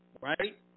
Right